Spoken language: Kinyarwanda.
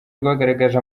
rwagaragaje